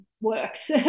works